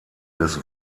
des